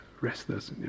restless